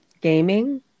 gaming